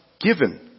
given